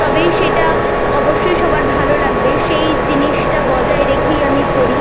তবেই সেটা অবশ্যই সবার ভালো লাগবে সেই জিনিসটা বজায় রেখেই আমি করি